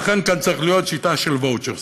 לכן כאן צריכה להיות שיטה של ואוצ'רים.